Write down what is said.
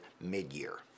mid-year